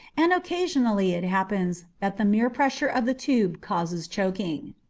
and occasionally it happens that the mere pressure of the tube causes choking.